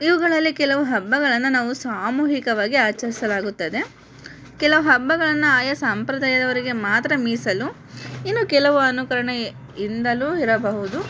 ಇವುಗಳಲ್ಲಿ ಕೆಲವು ಹಬ್ಬಗಳನ್ನು ನಾವು ಸಾಮೂಹಿಕವಾಗಿ ಆಚರಿಸಲಾಗುತ್ತದೆ ಕೆಲ ಹಬ್ಬಗಳನ್ನು ಆಯಾ ಸಂಪ್ರದಾಯದವರಿಗೆ ಮಾತ್ರ ಮೀಸಲು ಇನ್ನು ಕೆಲವು ಅನುಕರಣೆಯಿಂದಲೂ ಇರಬಹುದು